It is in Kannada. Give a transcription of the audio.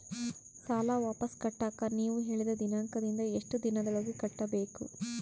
ಸಾಲ ವಾಪಸ್ ಕಟ್ಟಕ ನೇವು ಹೇಳಿದ ದಿನಾಂಕದಿಂದ ಎಷ್ಟು ದಿನದೊಳಗ ಕಟ್ಟಬೇಕು?